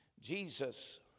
Jesus